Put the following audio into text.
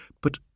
But